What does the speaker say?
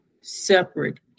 separate